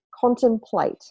contemplate